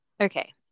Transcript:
Okay